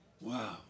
wow